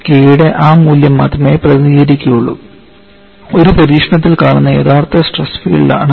K യുടെ ആ മൂല്യം മാത്രമേ പ്രതിനിധീകരിക്കുകയുള്ളൂ ഒരു പരീക്ഷണത്തിൽ കാണുന്ന യഥാർത്ഥ സ്ട്രെസ് ഫീൽഡ് ആണ്